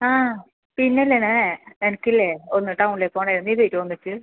ആ പിന്നെ ഇല്ലേണേ എനിക്ക് ഇല്ലേ ഒന്ന് ടൗണിൽ പോവണമായിരുന്നു നീ വരുമോ ഒന്നിച്ച്